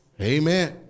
Amen